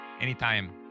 Anytime